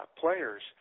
players